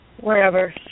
wherever